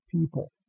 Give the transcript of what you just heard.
people